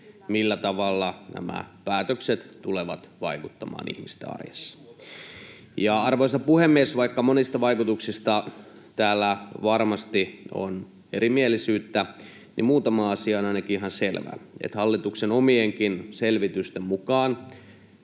millä tavalla nämä päätökset tulevat vaikuttamaan ihmisten arjessa. Arvoisa puhemies! Vaikka monista vaikutuksista täällä varmasti on erimielisyyttä, niin muutama asia on ainakin ihan selvä: hallituksen omienkin selvitysten mukaan